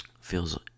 Feels